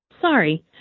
Sorry